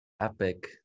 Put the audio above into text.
Epic